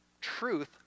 truth